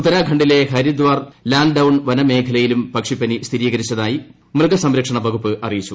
ഉത്തരാഖണ്ഡിലെ ഹരിദ്വാർ ലാൻസ്ഡൌൺ വൃന്മേഖലയിലും പക്ഷിപ്പനി സ്ഥിരീകരിച്ചതായി മൃഗസംരക്ഷണ് വകുപ്പ് അറിയിച്ചു